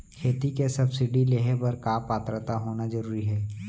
खेती के सब्सिडी लेहे बर का पात्रता होना जरूरी हे?